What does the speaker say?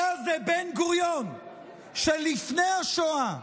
היה זה בן-גוריון שלפני השואה,